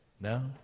No